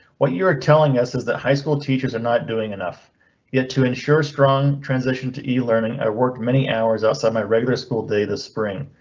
what you're telling us is that high school teachers are not doing enough yet to ensure strong transition to e learning. i work many hours outside my regular school day this spring,